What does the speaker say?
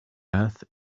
earth